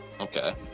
Okay